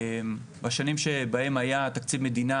בשנים שבהם היה תקציב מדינה,